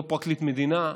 לא פרקליט מדינה,